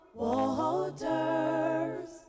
waters